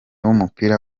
w’umupira